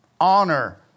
honor